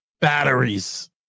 batteries